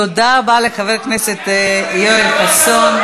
תודה רבה לחבר הכנסת יואל חסון.